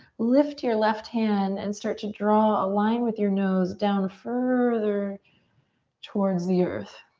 lift your left hand and start to draw a line with your nose down further towards the earth.